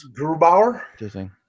Grubauer